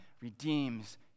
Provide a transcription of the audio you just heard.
redeems